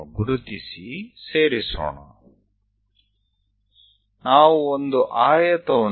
ચાલો આપણે ચિહ્ન કરીએ અને આ લીટીઓને જોડીએ